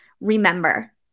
remember